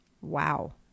Wow